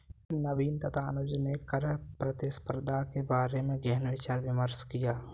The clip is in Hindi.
नवीन तथा अनुज ने कर प्रतिस्पर्धा के बारे में गहन विचार विमर्श किया